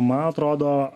man atrodo